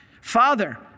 Father